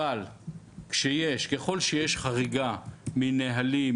אבל ככל שיש חריגה מנהלים,